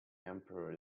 emperor